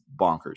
bonkers